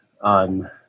on